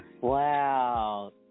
Wow